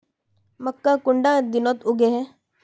मक्का कुंडा दिनोत उगैहे?